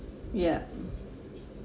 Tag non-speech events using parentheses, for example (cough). ya (noise)